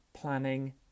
planning